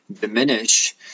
diminish